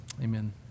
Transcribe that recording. amen